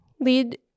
Lead